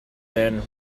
than